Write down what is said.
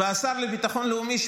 והשר לביטחון לאומי,